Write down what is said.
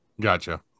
Gotcha